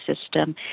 system